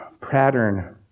pattern